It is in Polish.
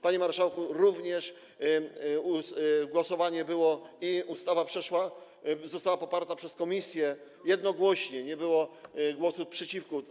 Panie marszałku, było również głosowanie i ustawa przeszła, została poparta przez komisję jednogłośnie, nie było głosu przeciwko.